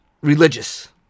religious